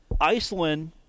Iceland